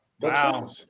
wow